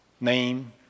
name